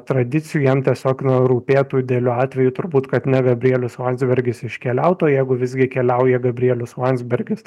tradicijų jam tiesiog na rūpėtų idealiu atveju turbūt kad ne gabrielius landsbergis iškeliautų o jeigu visgi keliauja gabrielius landsbergis